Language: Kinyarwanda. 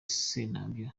sentabyo